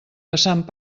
passant